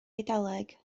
eidaleg